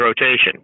rotation